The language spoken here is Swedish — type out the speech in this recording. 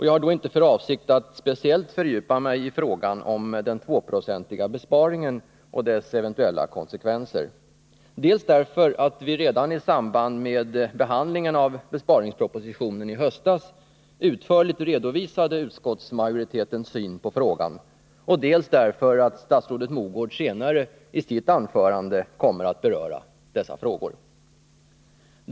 Jag har då inte för avsikt att speciellt fördjupa mig i frågan om den 2-procentiga besparingen och dess eventuella konsekvenser, dels därför att vi redan i samband med behandlingen av besparingspropositionen i höstas utförligt redovisade utskottsmajoritetens syn på frågan, dels därför att statsrådet Mogård i sitt anförande kommer att beröra dessa frågor.